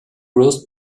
roast